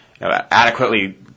adequately